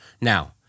Now